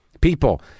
people